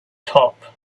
top